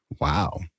wow